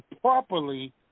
properly